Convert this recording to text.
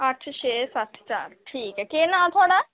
अट्ठ छे सत्त चार ठीक ऐ केह् नांऽ थुआढ़ा